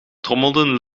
trommelden